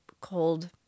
cold